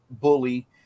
Bully